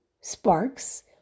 sparks